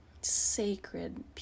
sacred